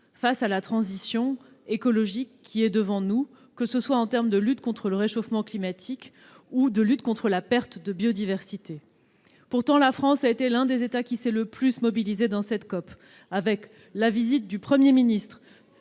face à la transition écologique qui est devant nous, que ce soit en termes de lutte contre le réchauffement climatique ou de lutte contre la perte de biodiversité. Pourtant, la France a été l'un des États qui s'est le plus mobilisé dans cette COP, avec la visite du Premier ministre,